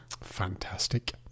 Fantastic